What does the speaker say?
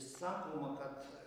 sakoma kad